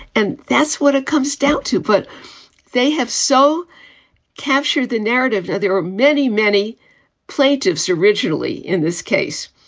and that's what it comes down to. but they have so captured the narrative. there are many, many plaintiffs originally in this case